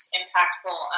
impactful